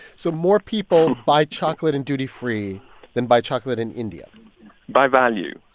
so more people buy chocolate in duty free than buy chocolate in india by value,